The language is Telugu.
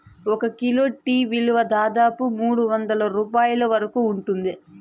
ఒక కిలో టీ విలువ దాదాపు మూడువందల రూపాయల వరకు ఉంటుంది